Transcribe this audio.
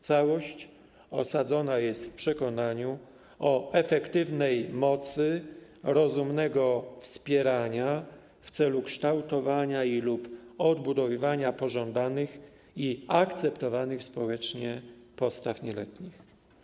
Całość osadzona jest w przekonaniu o efektywnej mocy rozumnego wspierania w celu kształtowania lub odbudowywania pożądanych i akceptowalnych społecznie postaw nieletnich.